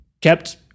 kept